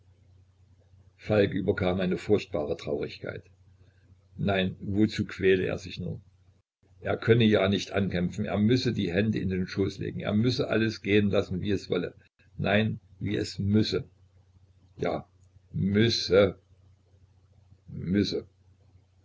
falk überkam eine furchtbare traurigkeit nein wozu quäle er sich nur er könne ja nicht ankämpfen er müsse die hände in den schoß legen er müsse alles gehen lassen wie es wolle nein wie es müsse ja müsse müsse